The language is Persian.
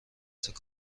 بهترین